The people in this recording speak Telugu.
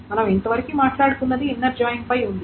మనం ఇంతవరకు మాట్లాడుకున్నది ఇన్నర్ జాయిన్ పై ఉంది